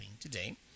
today